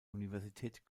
universität